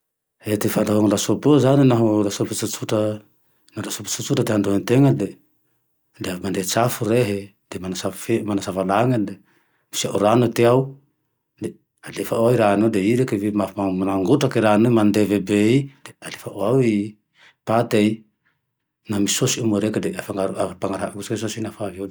E ty fantao ame lasopy io zane, naho lasopy tsotsotra, laha lasopy tsotsotra ty andrahoantena le avy mandrehatsy afo rehe, manasa fi- manasa valany le asio rano ty ao, alefao ao e rano iny de i reke vita maf-magotraky i ranoe, mandeve be iny de alefao ao pate, naho misy sôsie moa reke de afangaro, avy apanaraho avao sôsiy nafa avy eo masiky zay